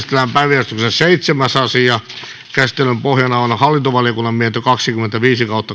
päiväjärjestyksen kahdeksas asia käsittelyn pohjana on hallintovaliokunnan mietintö kaksikymmentäkuusi